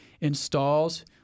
installs